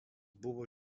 buvo